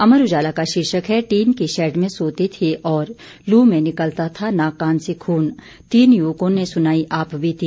अमर उजाला का शीर्षक है टीन के शेड में सोते थे और लू में निकलता था नाक कान से खून तीन युवकों ने सुनाई आपबीती